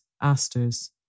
asters